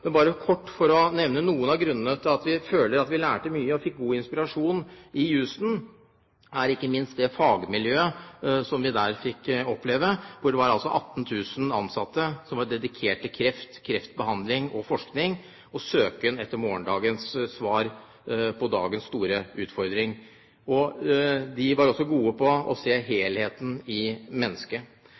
men jeg vil bare kort nevne noen av grunnene til at vi føler at vi lærte mye og fikk god inspirasjon i Houston. Det gjelder ikke minst det fagmiljøet som vi fikk oppleve der, hvor det altså var 18 000 ansatte som var dedikert kreft, kreftbehandling og -forskning og til en søken etter morgendagens svar på dagens store utfordringer. De var også gode på å se helheten i mennesket.